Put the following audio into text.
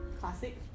classic